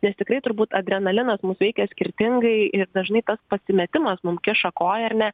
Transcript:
nes tikrai turbūt adrenalinas mus veikia skirtingai ir dažnai tas pasimetimas mum kiša koją ar ne